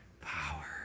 power